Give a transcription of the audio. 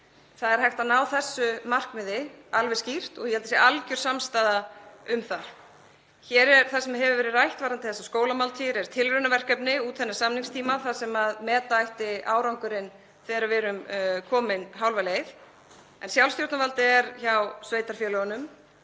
Það er hægt að ná þessu markmiði alveg skýrt og ég held að það sé alger samstaða um það. Það sem hefur verið rætt varðandi þessar skólamáltíðir er tilraunaverkefni út þennan samningstíma þar sem meta ætti árangurinn þegar við erum komin hálfa leið en sjálfstjórnarvaldið er hjá sveitarfélögunum